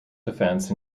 defence